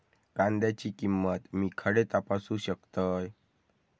कांद्याची किंमत मी खडे तपासू शकतय?